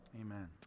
amen